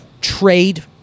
trade